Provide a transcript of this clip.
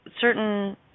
certain